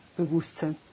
Bewusstsein